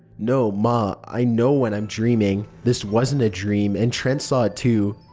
no, ma. i know when i'm dreaming. this wasn't a dream. and trent saw it too.